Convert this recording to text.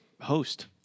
host